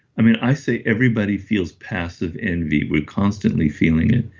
i mean i say everybody feels passive envy, we're constantly feeling it.